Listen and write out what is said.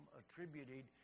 attributed